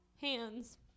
hands